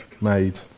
made